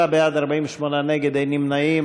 57 בעד, 48 נגד, אין נמנעים.